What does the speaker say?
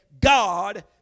God